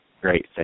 Great